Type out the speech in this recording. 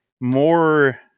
more